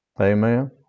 Amen